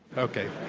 okay.